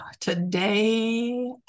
today